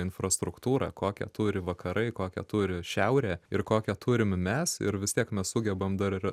infrastruktūra kokią turi vakarai kokią turi šiaurė ir kokią turim mes ir vis tiek mes sugebam dar ir